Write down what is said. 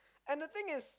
and the thing is